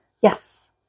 yes